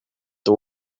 the